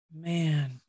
man